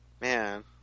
Man